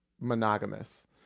monogamous